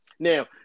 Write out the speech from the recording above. Now